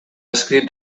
escrit